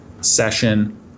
Session